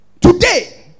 Today